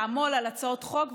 לעמול על הצעות חוק,